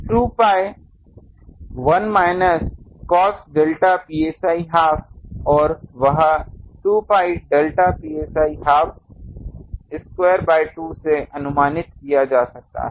तो 2 pi 1 minus cos delta psi half और वह 2 pi delta psi half square by 2 से अनुमानित किया जा सकता है